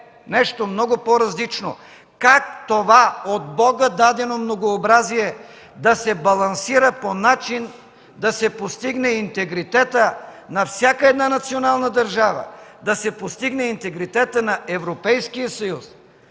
нещо много по-различно – как това от Бога дадено многообразие да се балансира по начин да се постигне интегритетът на всяка една национална държава, да се постигне интегритетът на Европейския съюз?